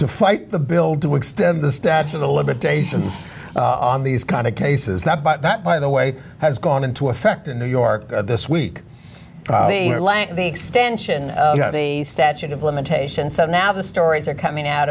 to fight the bill to extend the statute of limitations on these kind of cases not but that by the way has gone into effect in new york this week the lank the extension of the statute of limitations so now the stories are coming out